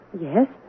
Yes